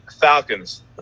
Falcons